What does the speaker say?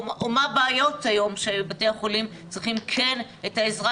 ומה הבעיות היום שבתי החולים צריכים כן את העזרה